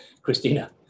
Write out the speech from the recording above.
christina